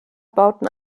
bauten